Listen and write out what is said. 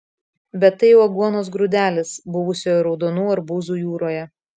bet tai jau aguonos grūdelis buvusioje raudonų arbūzų jūroje